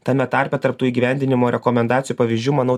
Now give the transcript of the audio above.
tame tarpe tarp tų įgyvendinimo rekomendacijų pavyzdžių manau